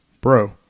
bro